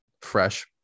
fresh